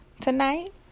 tonight